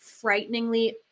frighteningly